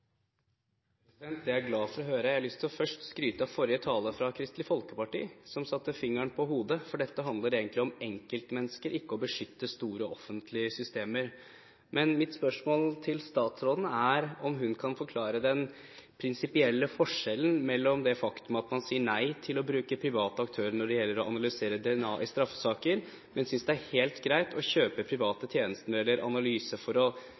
Jeg har først lyst til å skryte av forrige taler fra Kristelig Folkeparti, som traff spikeren på hodet, for dette handler egentlig om enkeltmennesker, ikke om å beskytte store, offentlige systemer. Men mitt spørsmål til statsråden er om hun kan forklare den prinsipielle forskjellen mellom det faktum at man sier nei til å bruke private aktører når det gjelder å analysere DNA i straffesaker, men synes det er helt greit å kjøpe